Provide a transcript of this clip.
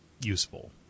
useful